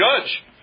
judge